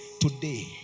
Today